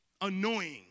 annoying